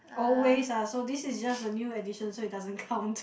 always ah so this is just a new edition so it doesn't count